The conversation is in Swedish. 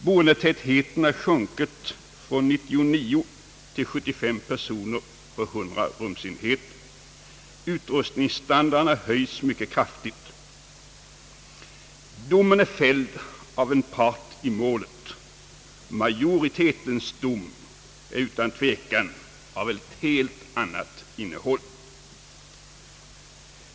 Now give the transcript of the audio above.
Boendetätheten har sjunkit från 99 till 75 personer per 100 rumsenheter. - Utrustningsstandarden har höjts mycket kraftigt. Domen är fälld av en part i målet. Majoritetens dom är utan tvekan av ett helt annat innehåll.